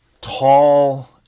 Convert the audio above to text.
tall